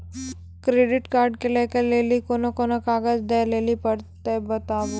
Credit card लै के लेली कोने कोने कागज दे लेली पड़त बताबू?